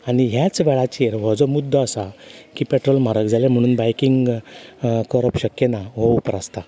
आनी ह्याच वेळाचेर हो जो मुद्दो आसा की पेट्रोल म्हारग जालें म्हणून बायकींग करप शक्य ना हो उपरासता